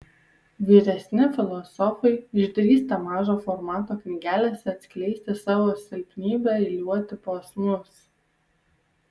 vyresni filosofai išdrįsta mažo formato knygelėse atskleisti savo silpnybę eiliuoti posmus